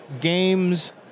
games